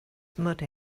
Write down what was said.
muddy